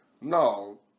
No